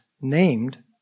named